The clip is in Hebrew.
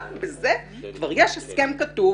רק בזה כבר יש הסכם כתוב